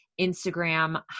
Instagram